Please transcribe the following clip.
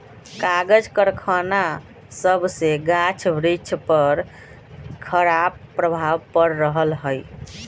कागज करखना सभसे गाछ वृक्ष पर खराप प्रभाव पड़ रहल हइ